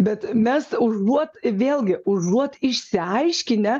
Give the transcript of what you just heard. bet mes užuot vėlgi užuot išsiaiškinę